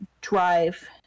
drive